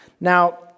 Now